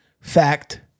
Fact